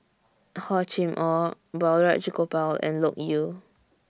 Hor Chim Or Balraj Gopal and Loke Yew